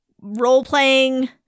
role-playing